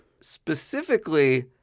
specifically